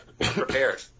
prepared